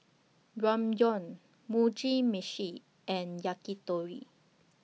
Ramyeon Mugi Meshi and Yakitori